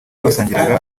basangiraga